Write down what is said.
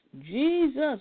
Jesus